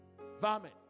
vomit